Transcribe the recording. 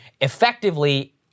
effectively